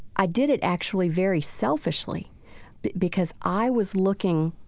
i did it actually very selfishly because i was looking